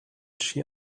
she